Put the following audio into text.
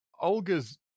Olga's